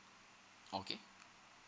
okay